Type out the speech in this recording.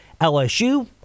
LSU